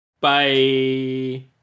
Bye